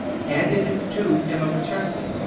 handed it to emma mcchesney.